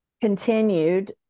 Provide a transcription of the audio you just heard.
continued